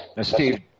Steve